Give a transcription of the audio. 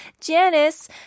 Janice